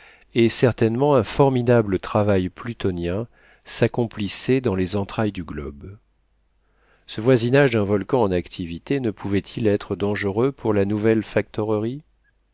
et certainement un formidable travail plutonien s'accomplissait dans les entrailles du globe ce voisinage d'un volcan en activité ne pouvait-il être dangereux pour la nouvelle